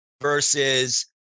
versus